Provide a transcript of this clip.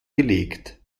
gelegt